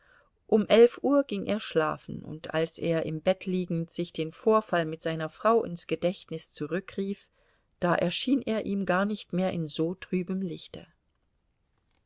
um elf uhr ging er schlafen und als er im bett liegend sich den vorfall mit seiner frau ins gedächtnis zurückrief da erschien er ihm gar nicht mehr in so trübem lichte